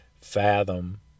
fathom